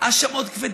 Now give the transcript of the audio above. האשמות כבדות.